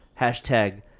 Hashtag